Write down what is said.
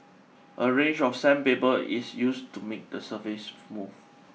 a range of sandpaper is used to make the surface smooth